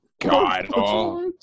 God